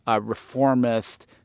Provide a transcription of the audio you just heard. reformist